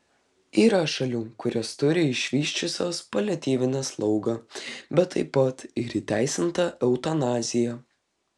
yra šalių kurios turi išvysčiusios paliatyvinę slaugą bet taip pat ir įteisintą eutanaziją